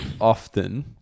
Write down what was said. Often